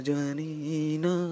Janina